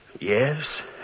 Yes